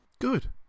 Good